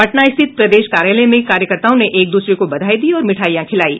पटना स्थित प्रदेश कार्यालयों में कार्यकर्ताओं ने एक दूसरे को बधाई दी और मिठाईयां खिलायी